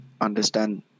understand